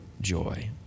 joy